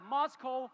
Moscow